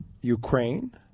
Ukraine